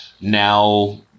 now